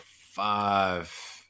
five